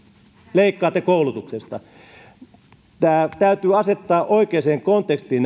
leikkaatte koulutuksesta nämä hallituksen päätökset täytyy asettaa oikeaan kontekstiin